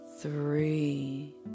three